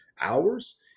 hours